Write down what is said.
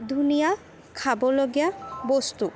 ধুনীয়া খাবলগীয়া বস্তু